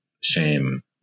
shame